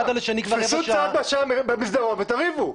תתפסו צד במסדרון ותריבו.